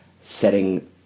setting